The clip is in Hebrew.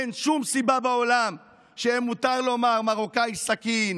אין שום סיבה בעולם שיהיה מותר לומר: מרוקאי סכין,